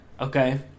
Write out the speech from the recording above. okay